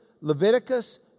Leviticus